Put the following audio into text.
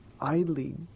idly